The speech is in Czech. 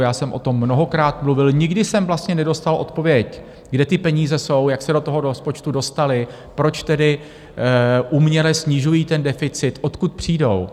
Já jsem o tom mnohokrát mluvil, nikdy jsem vlastně nedostal odpověď kde ty peníze jsou, jak se do toho rozpočtu dostaly, proč tedy uměle snižují ten deficit, odkud přijdou?